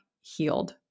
healed